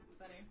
Funny